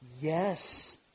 Yes